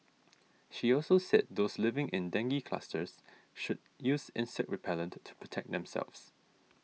she also said those living in dengue clusters should use insect repellent to protect themselves